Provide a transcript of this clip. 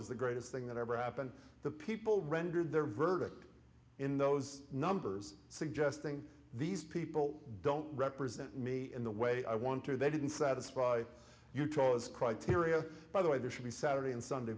is the greatest thing that ever happened the people rendered their verdict in those numbers suggesting these people don't represent me in the way i want or they didn't satisfy your cause criteria by the way there should be saturday and sunday